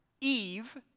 Eve